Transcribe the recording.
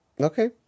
Okay